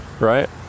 right